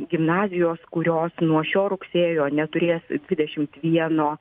gimnazijos kurios nuo šio rugsėjo neturės dvidešimt vieno